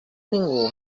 ningú